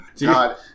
God